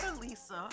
Lisa